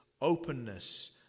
openness